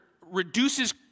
reduces